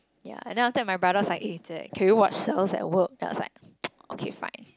ya and then after that my brother was like eh jie can we watch cells-at-work and I was like okay fine